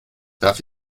darf